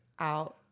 Out